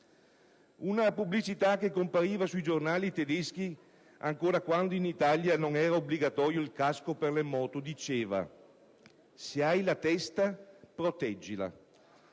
Una pubblicità che compariva sui giornali tedeschi quando ancora in Italia non era obbligatorio il casco per le moto diceva: se hai la testa, proteggila.